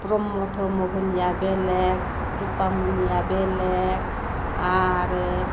ब्रह्म धोरोमफोरनिया बेलेक रुपामनिया बेलेग आरो